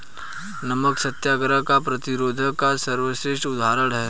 नमक सत्याग्रह कर प्रतिरोध का सर्वश्रेष्ठ उदाहरण है